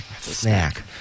Snack